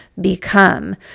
become